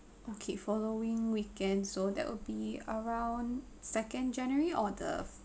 okay following weekend so that will be around second january or the